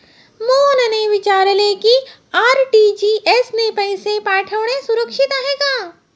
मोहनने विचारले की आर.टी.जी.एस ने पैसे पाठवणे सुरक्षित आहे का?